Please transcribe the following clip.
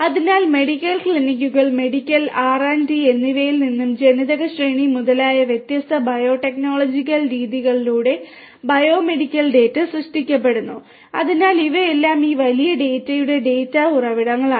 അതിനാൽ മെഡിക്കൽ ക്ലിനിക്കുകൾ medical R D എന്നിവയിൽ നിന്നും ജനിതക ശ്രേണി മുതലായ വ്യത്യസ്ത ബയോടെക്നോളജിക്കൽ രീതികളിലൂടെ ബയോ മെഡിക്കൽ ഡാറ്റ സൃഷ്ടിക്കപ്പെടുന്നു അതിനാൽ ഇവയെല്ലാം ഈ വലിയ ഡാറ്റയുടെ ഡാറ്റാ ഉറവിടങ്ങളാണ്